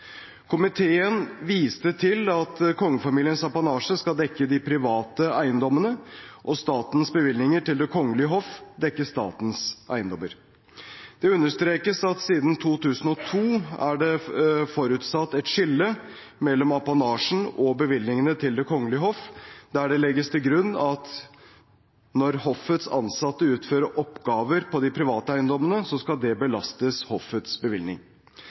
Komiteen viste til at kongefamiliens apanasje skal dekke de private eiendommene og statens bevilgninger til Det kongelige hoff dekke statens eiendommer. Det understrekes at siden 2002 er det forutsatt et skille mellom apanasjen og bevilgningene til Det kongelige hoff, der det legges til grunn at når hoffets ansatte utfører oppgaver på de private eiendommene, skal det belastes hoffets bevilgning.